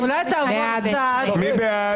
22,001 עד 22,020. מי בעד?